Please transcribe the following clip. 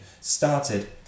started